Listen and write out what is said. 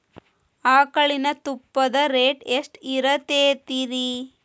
ಆಕಳಿನ ತುಪ್ಪದ ರೇಟ್ ಎಷ್ಟು ಇರತೇತಿ ರಿ?